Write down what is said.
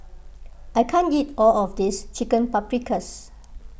I can't eat all of this Chicken Paprikas